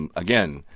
and again,